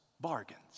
bargains